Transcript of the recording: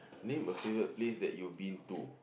name a favourite place that you've been to